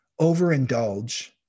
overindulge